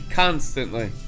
constantly